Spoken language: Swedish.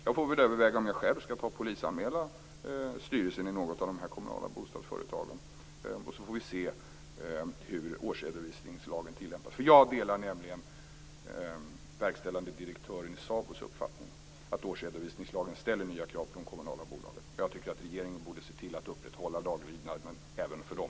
Jag får väl överväga om jag själv skall ta och polisanmäla styrelsen i något av de här kommunala bostadsföretagen. Sedan får vi se hur årsredovisningslagen tillämpas. Jag delar nämligen SABO:s verkställande direktörs uppfattning att årsredovisningslagen ställer nya krav på de kommunala bolagen. Jag tycker att regeringen borde se till att upprätthålla laglydnaden även för dem.